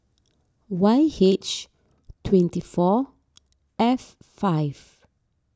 Y H twenty four F five